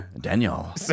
Daniel